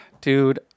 dude